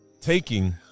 taking